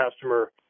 customer